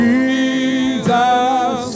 Jesus